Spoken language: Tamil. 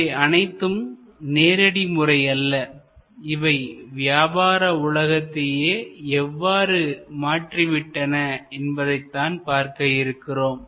இவை அனைத்தும் நேரடி முறை அல்ல இவை வியாபார உலகத்தையே எவ்வாறு மாற்றி விட்டன என்பதைத்தான் பார்க்க இருக்கிறோம்